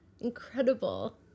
incredible